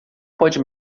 pode